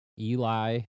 Eli